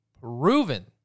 proven